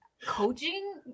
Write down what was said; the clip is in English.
Coaching